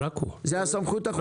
זו הסמכות החוקית שלך.